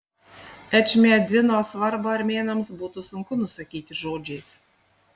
ečmiadzino svarbą armėnams būtų sunku nusakyti žodžiais